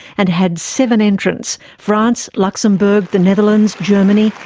and had seven entrants france, luxembourg, the netherlands, germany,